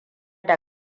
da